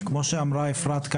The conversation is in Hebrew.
כמו שאמרה אפרת,